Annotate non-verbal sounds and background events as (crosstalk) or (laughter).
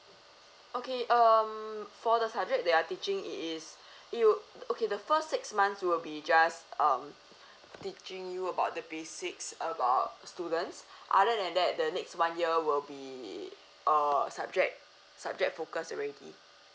okay um for the subject they are teaching is (breath) you okay the first six months will be just um (breath) teaching you about the basics about students (breath) other than that the next one year will be uh subject subject focus already